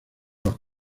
los